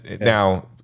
now